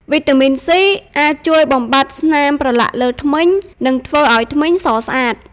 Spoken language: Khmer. វីតាមីន សុី (C) អាចជួយបំបាត់ស្នាមប្រឡាក់លើធ្មេញ និងធ្វើឲ្យធ្មេញសស្អាត។